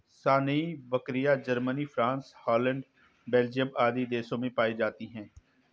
सानेंइ बकरियाँ, Germany, France, Holland, Belgium आदि देशों में भी पायी जाती है